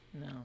No